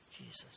Jesus